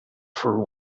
for